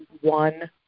one